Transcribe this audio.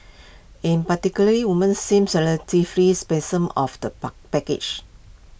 in particular women seemed relatively of the puck package